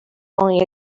only